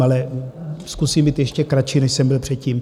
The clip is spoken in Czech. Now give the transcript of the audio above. Ale zkusím být ještě kratší, než jsem byl předtím.